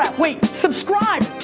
ah wait, subscribe!